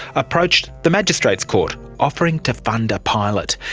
approached the magistrates court, offering to fund a pilot.